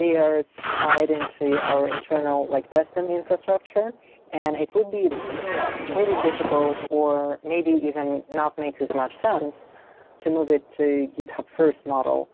they are tied into our internal like testing infrastructure and it would be pretty difficult, or maybe even not make as much sense to move it to github first model,